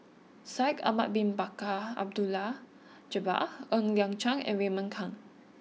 Shaikh Ahmad Bin Bakar Abdullah Jabbar Ng Liang Chiang and Raymond Kang